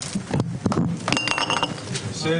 13:52.